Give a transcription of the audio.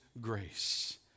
grace